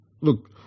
look